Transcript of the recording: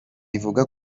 ivuga